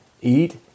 Eat